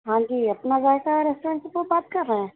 ہاں جی اپنا ذائقہ ریسٹورینٹ سے بات کر رہے ہیں